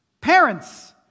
Parents